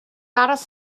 aros